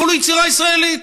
אבל הוא יצירה ישראלית,